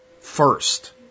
first